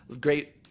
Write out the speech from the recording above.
great